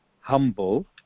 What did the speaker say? humble